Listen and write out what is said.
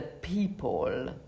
people